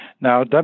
Now